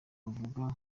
bavuga